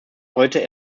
heute